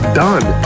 done